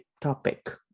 topic